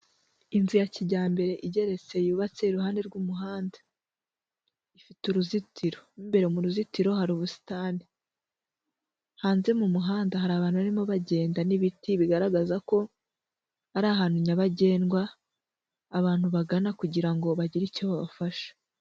Inzu ya kijyambere igeretse yubatse iruhande rw'umuhanda, ifite uruzitiro. Imbere mu ruzitiro hari ubusitani. Hanze mu muhanda hari abantu barimo bagenda, n'ibiti bigaragaza ko ari ahantu nyabagendwa, abantu bagana kugira ngo bagire icyo babafasha.